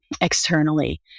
externally